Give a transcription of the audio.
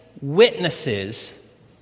witnesses